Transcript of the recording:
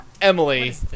Emily